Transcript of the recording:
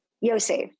Yosef